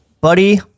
buddy